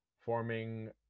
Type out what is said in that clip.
forming